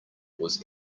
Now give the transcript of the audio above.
was